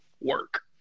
work